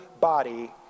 body